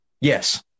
yes